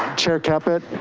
chair caput?